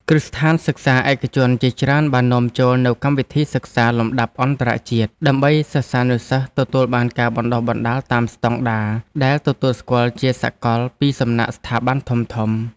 គ្រឹះស្ថានសិក្សាឯកជនជាច្រើនបាននាំចូលនូវកម្មវិធីសិក្សាលំដាប់អន្តរជាតិដើម្បី សិស្សានុសិស្សទទួលបានការបណ្តុះបណ្តាលតាមស្តង់ដារដែលទទួលស្គាល់ជាសកលពីសំណាក់ស្ថាប័នធំៗ។